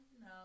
no